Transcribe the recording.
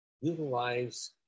utilize